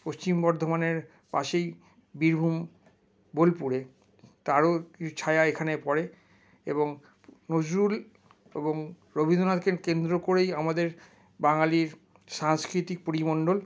পশ্চিম বর্ধমানের পাশেই বীরভূম বোলপুরে তারও কিছু ছায়া এখানে পড়ে এবং নজরুল এবং রবীন্দ্রনাথকে কেন্দ্র করেই আমাদের বাঙালির সাংস্কৃতিক পরিমণ্ডল